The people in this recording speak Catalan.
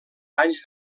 anys